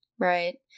Right